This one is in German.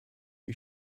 wie